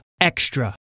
Extra